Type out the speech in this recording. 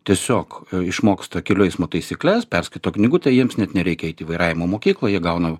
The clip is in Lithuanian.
tiesiog išmoksta kelių eismo taisykles perskaito knygutę jiems net nereikia eiti į vairavimo mokyklą jie gauna